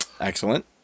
Excellent